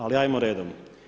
Ali hajmo redom.